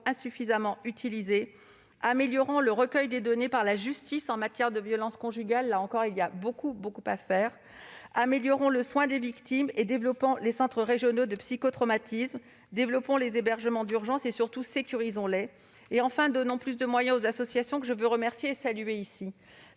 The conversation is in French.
insuffisamment utilisées. Améliorons le recueil des données par la justice en matière de violences conjugales : il reste beaucoup à faire dans ce domaine. Améliorons les soins des victimes et développons les centres régionaux de psychotraumatisme. Prévoyons aussi davantage d'hébergements d'urgence et, surtout, sécurisons-les ! Enfin, donnons plus de moyens aux associations, que je veux remercier et saluer.